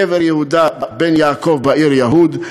קבר יהודה בן יעקב בעיר יהוד,